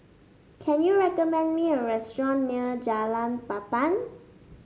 can you recommend me a restaurant near Jalan Papan